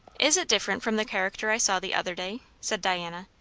is it different from the character i saw the other day? said diana,